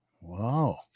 Wow